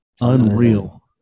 Unreal